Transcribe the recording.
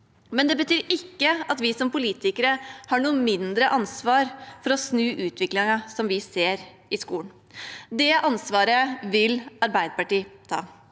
Det betyr likevel ikke at vi som politikere har noe mindre ansvar for å snu utviklingen vi ser i skolen. Det ansvaret vil Arbeiderpartiet ta.